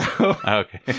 Okay